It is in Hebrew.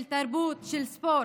של תרבות, של ספורט.